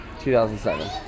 2007